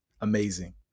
Amazing